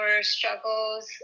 struggles